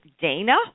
Dana